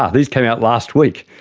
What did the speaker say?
ah these came out last week.